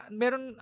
meron